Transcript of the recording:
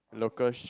local